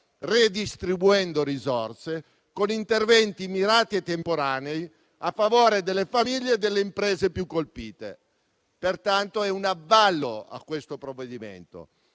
redistribuendo risorse, con interventi mirati e temporanei, a favore delle famiglie e delle imprese più colpite. Pertanto, è un avallo a questo provvedimento.